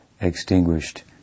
extinguished